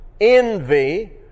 envy